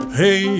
hey